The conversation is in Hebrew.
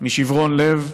משברון לב.